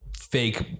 fake